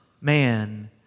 man